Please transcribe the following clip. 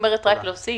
רק להוסיף,